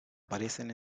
aparecen